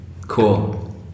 Cool